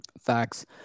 Facts